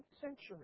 century